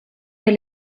del